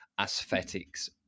aesthetics